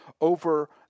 over